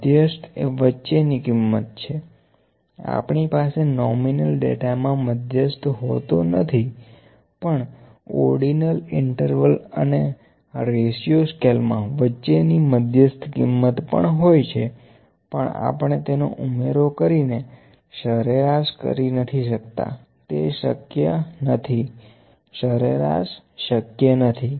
મધ્યસ્થ એ વચ્ચેની કિંમત છે આપણી પાસે નોમીનલ ડેટા મા મધ્યસ્થ હોતો નથી પણ ઓર્ડીનલ ઈન્ટર્વલ અને રેશિયો સ્કેલ મા વચ્ચેની મધ્યસ્થ કિંમત પણ હોય છે પણ આપણે તેનો ઉમેરો કરીને સરેરાશ કરી નથી શકતા તે શક્ય નથી સરેરાશ શક્ય નથી